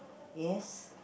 yes